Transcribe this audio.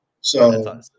So-